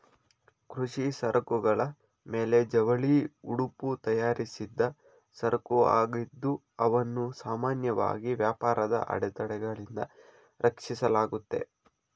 ಕೃಷಿ ಸರಕುಗಳ ಮೇಲೆ ಜವಳಿ ಉಡುಪು ತಯಾರಿಸಿದ್ದ ಸರಕುಆಗಿದ್ದು ಇವನ್ನು ಸಾಮಾನ್ಯವಾಗಿ ವ್ಯಾಪಾರದ ಅಡೆತಡೆಗಳಿಂದ ರಕ್ಷಿಸಲಾಗುತ್ತೆ